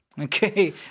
Okay